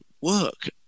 work